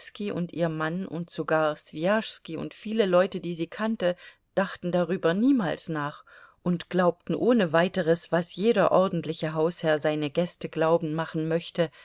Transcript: und ihr mann und sogar swijaschski und viele leute die sie kannte dachten darüber niemals nach und glaubten ohne weiteres was jeder ordentliche hausherr seine gäste glauben machen möchte